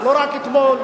זה לא רק אתמול,